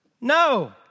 No